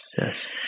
yes